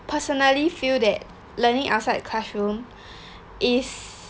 personally feel that learning outside the classroom is